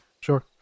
Sure